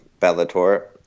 Bellator